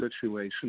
situation